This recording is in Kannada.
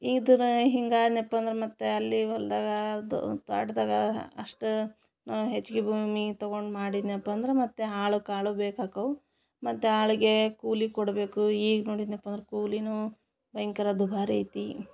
ಈ ಥರ ಹಿಂಗಾದ್ನ್ಯಪ್ಪ ಅಂದ್ರೆ ಮತ್ತೆ ಅಲ್ಲಿ ಹೊಲದಾಗ ಅದು ತೋಟದಾಗ ಅಷ್ಟೇ ಹೆಚ್ಗೆ ಭೂಮಿ ತಗೊಂಡು ಮಾಡಿದ್ನ್ಯಪ್ಪ ಅಂದ್ರೆ ಮತ್ತೆ ಆಳು ಕಾಳು ಬೇಕಾಕ್ಕವೆ ಮತ್ತೆ ಆಳಿಗೆ ಕೂಲಿ ಕೊಡಬೇಕು ಈಗ ನೋಡಿದ್ನ್ಯಪ್ಪ ಅಂದ್ರೆ ಕೂಲಿನೂ ಭಯಂಕರ ದುಬಾರಿ ಐತಿ